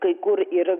kai kur ir